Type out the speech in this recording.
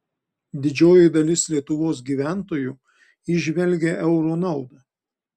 didžioji dalis lietuvos gyventojų įžvelgia euro naudą